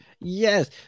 Yes